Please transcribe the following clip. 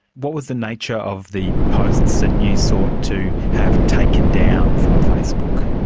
what was the nature of the posts that you sought to have taken down from facebook?